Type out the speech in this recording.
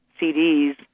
CDs